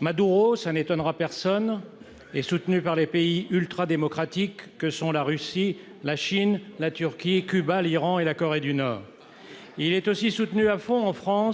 Maduro- cela n'étonnera personne -est soutenu par les pays ultra-démocratiques que sont la Russie, la Chine, la Turquie, Cuba, l'Iran et la Corée du Nord. Il est aussi soutenu à fond, chez nous,